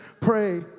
pray